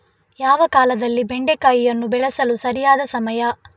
ಯಾವ ಕಾಲದಲ್ಲಿ ಬೆಂಡೆಕಾಯಿಯನ್ನು ಬೆಳೆಸಲು ಸರಿಯಾದ ಸಮಯ?